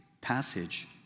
passage